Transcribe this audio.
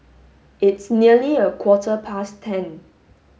its nearly a quarter past ten